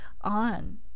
on